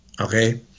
Okay